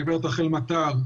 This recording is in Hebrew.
הגברת רחל מטר,